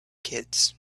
kids